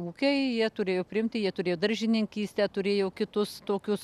ūkiai jie turėjo priimti jie turėjo daržininkystę turėjo kitus tokius